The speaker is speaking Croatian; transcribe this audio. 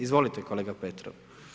Izvolite kolega Petrov.